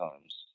times